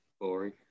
boring